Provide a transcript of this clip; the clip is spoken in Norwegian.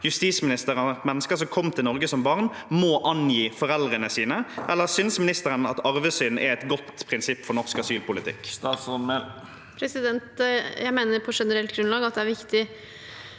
justisministeren at mennesker som kom til Norge som barn, må angi foreldrene sine? Eller synes ministeren at arvesynd er et godt prinsipp for norsk asylpolitikk? Statsråd Emilie Mehl Jeg mener på ge- nerelt grunnlag at det er viktig